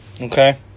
Okay